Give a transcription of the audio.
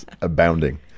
abounding